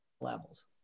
levels